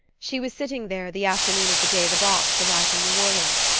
she was sitting there the afternoon of the day the box arrived from new orleans.